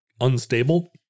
unstable